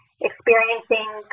experiencing